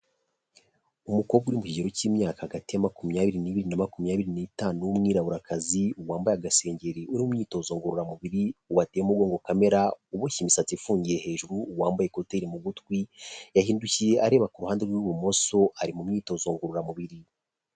Umukobwa uri mu kigero cy'imyaka hagati ya makumyabiri n'ibiri na makumyabiri n'itanu, w'umwiraburakazi wambaye agasengeri uri mu imyitozo ngororamubiri, wateye umugongo kamera, uboshya imisatsi ifungiye hejuru, wambaye ikoteri mu gutwi yahindukiye areba ku ruhande rw'ibumoso ari mu myitozo ngororamubiri.